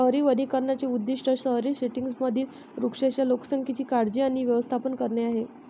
शहरी वनीकरणाचे उद्दीष्ट शहरी सेटिंग्जमधील वृक्षांच्या लोकसंख्येची काळजी आणि व्यवस्थापन करणे आहे